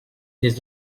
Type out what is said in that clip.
des